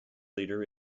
leader